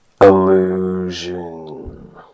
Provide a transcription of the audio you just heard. Illusion